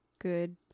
good